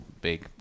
big